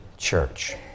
church